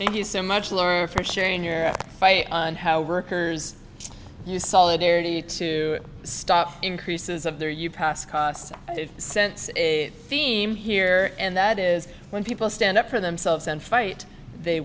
you so much laura for sharing your fight on how workers use solidarity to stop increases of their you pass sense a theme here and that is when people stand up for themselves and fight they